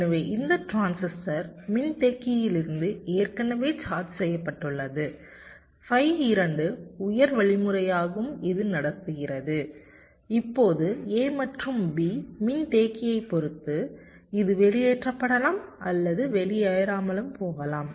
எனவே இந்த டிரான்சிஸ்டர் மின்தேக்கியிலிருந்து ஏற்கனவே சார்ஜ் செய்யப்பட்டுள்ளது phi 2 உயர் வழிமுறையாகும் இது நடத்துகிறது இப்போது A மற்றும் B மின்தேக்கிஐப் பொறுத்து இது வெளியேற்றப்படலாம் அல்லது வெளியேறாமலும் போகலாம்